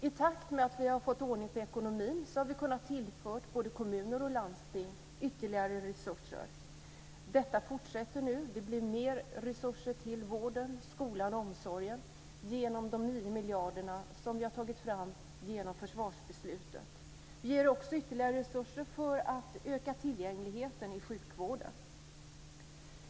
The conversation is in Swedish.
I takt med att vi har fått ordning på ekonomin har vi kunnat tillföra både kommuner och landsting ytterligare resurser. Detta fortsätter nu. Det blir mer resurser till vården, skolan och omsorgen genom de 9 miljarder som vi har tagit fram genom försvarsbeslutet. Vi ger också ytterligare resurser för att öka tillgängligheten i sjukvården.